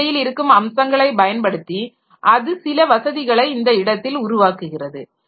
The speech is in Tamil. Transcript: அந்த நிலையில் இருக்கும் அம்சங்களை பயன்படுத்தி அது சில வசதிகளை இந்த இடத்தில் உருவாக்குகிறது